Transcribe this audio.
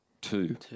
Two